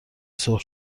سرخ